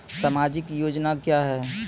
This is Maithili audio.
समाजिक योजना क्या हैं?